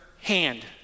hand